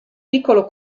piccolo